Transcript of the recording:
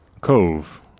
Cove